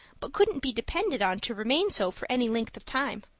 but couldn't be depended on to remain so for any length of time.